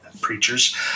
preachers